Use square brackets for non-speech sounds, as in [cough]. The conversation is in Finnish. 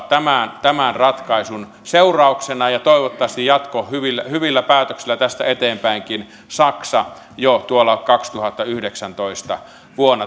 [unintelligible] tämän tämän ratkaisun seurauksena ja toivottavasti jatkossa hyvillä hyvillä päätöksillä tästä eteenpäinkin saksa jo vuonna kaksituhattayhdeksäntoista